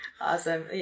Awesome